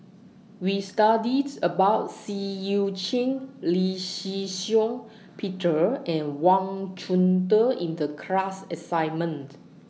We studied about Seah EU Chin Lee Shih Shiong Peter and Wang Chunde in The class assignment